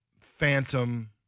phantom